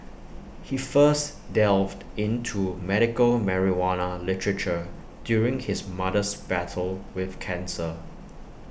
he first delved into medical marijuana literature during his mother's battle with cancer